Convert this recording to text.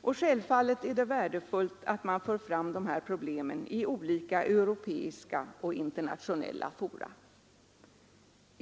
och självfallet är det värdefullt att man för fram dessa problem inför olika europeiska och internationella fora.